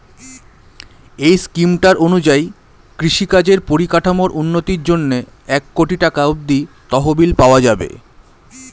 এই স্কিমটার অনুযায়ী কৃষিকাজের পরিকাঠামোর উন্নতির জন্যে এক কোটি টাকা অব্দি তহবিল পাওয়া যাবে